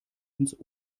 ins